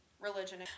religion